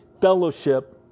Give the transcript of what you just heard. fellowship